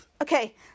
Okay